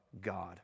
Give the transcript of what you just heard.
God